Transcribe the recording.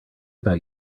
about